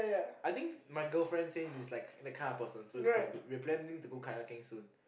I think my girlfriend same is that kind of person and is quite good we are planning to go kayaking soon